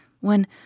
when